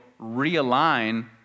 realign